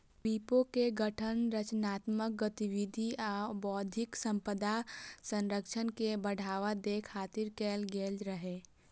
विपो के गठन रचनात्मक गतिविधि आ बौद्धिक संपदा संरक्षण के बढ़ावा दै खातिर कैल गेल रहै